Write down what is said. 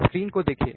screen को देखिए